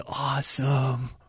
awesome